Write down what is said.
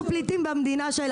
אנחנו פליטים במדינה שלנו.